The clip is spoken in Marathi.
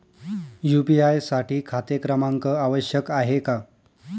यू.पी.आय साठी खाते क्रमांक आवश्यक आहे का?